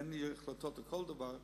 אין לי החלטות על כל דבר.